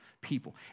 people